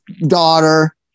daughter